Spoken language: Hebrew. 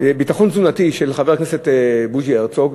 לביטחון תזונתי של חבר הכנסת בוז'י הרצוג,